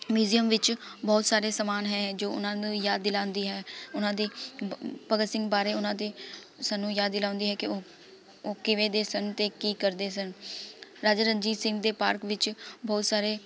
museum ਵਿੱਚ ਬਹੁਤ ਸਾਰੇ ਸਮਾਨ ਹੈ ਜੋ ਉਹਨਾਂ ਨੂੰ ਯਾਦ ਦਿਲਾਉਂਦੀ ਹੈ ਉਨ੍ਹਾਂ ਦੀ ਭਗਤ ਸਿੰਘ ਬਾਰੇ ਉਨ੍ਹਾਂ ਦੇ ਸਾਨੂੰ ਯਾਦ ਦਿਲਾਉਂਦੀ ਹੈ ਕਿ ਉਹ ਉਹ ਕਿਵੇਂ ਦੇ ਸਨ ਅਤੇ ਕੀ ਕਰਦੇ ਸਨ ਰਾਜਾ ਰਣਜੀਤ ਸਿੰਘ ਦੇ ਪਾਰਕ ਵਿੱਚ ਬਹੁਤ ਸਾਰੇ